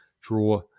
draw